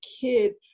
kid